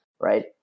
right